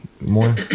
more